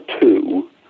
two